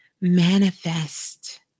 manifest